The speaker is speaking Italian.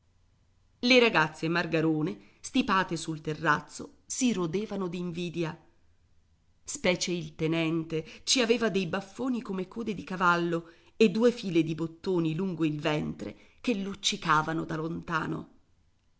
le ragazze margarone stipate sul terrazzo si rodevano d'invidia specie il tenente ci aveva dei baffoni come code di cavallo e due file di bottoni lungo il ventre che luccicavano da lontano